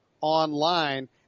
online